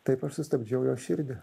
taip aš sustabdžiau jo širdį